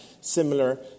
similar